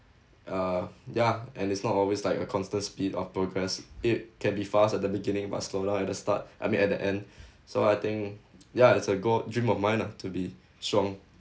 uh ya and it's not always like a constant speed of progress it can be fast at the beginning but slow down at the start I mean at the end so I think ya it's a goal dream of mine lah to be strong